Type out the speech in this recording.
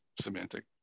semantic